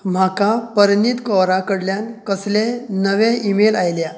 म्हाका परनीत कौरा कडल्यान कसलेय नवे ईमेल आयल्यात